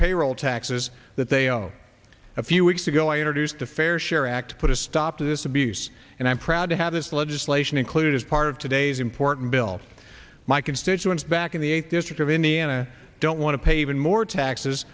payroll taxes that they own a few weeks ago i introduced a fair share act put a stop to this abuse and i'm proud to have this legislation include as part of today's important bill my constituents back in the eighth district of indiana don't want to pay even more taxes